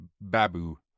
Babu